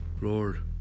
Lord